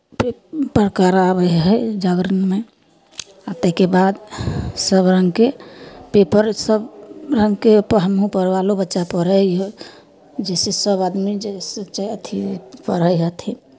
पे प्रकार आबै हइ जागरणमे आ ताहिके बाद सभ रङ्गके पेपर सभ रङ्गके हमहूँ पढ़बालू बच्चा पढ़ै हइ जिससे सभ आदमी जइसे अथि पढ़ै हथिन